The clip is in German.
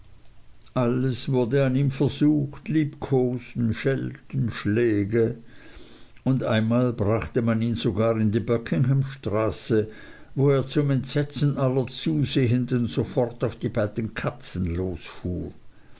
alles wurde an ihm versucht liebkosen schelten schläge und einmal brachte man ihn sogar in die buckingham straße wo er zum schrecken aller zusehenden sofort auf die beiden katzen